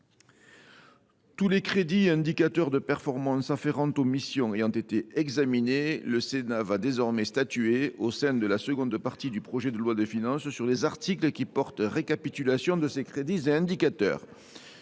Tous les crédits et indicateurs de performance afférents aux missions ayant été examinés, le Sénat va maintenant statuer, au sein de la seconde partie du projet de loi de finances, sur les articles qui portent récapitulation de ces crédits et indicateurs.